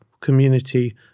community